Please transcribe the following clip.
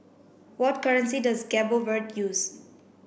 what currency does Cabo Verde use